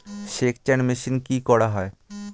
সেকচার মেশিন কি করা হয়?